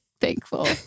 thankful